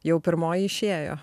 jau pirmoji išėjo